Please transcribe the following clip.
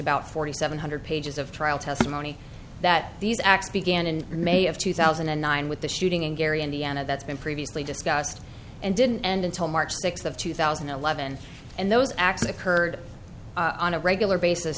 about forty seven hundred pages of trial testimony that these acts began in may of two thousand and nine with the shooting in gary indiana that's been previously discussed and didn't end until march sick of two thousand and eleven and those acts occurred on a regular basis